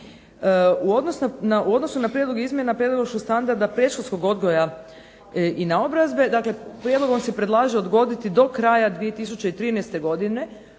U odnosu na prijedlog izmjena pedagoških standarda predškolskog odgoja i naobrazbe, dakle prijedlogom se predlaže odgoditi do kraja 2013. godine,